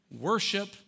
worship